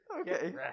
Okay